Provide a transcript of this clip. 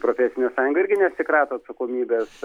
profesinė sąjunga irgi nesikrato atsakomybės